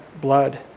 blood